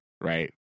Right